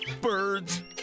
Birds